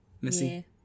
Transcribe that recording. Missy